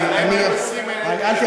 אגב,